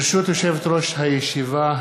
ברשות יושבת-ראש הישיבה,